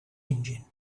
engine